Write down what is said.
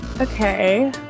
Okay